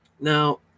Now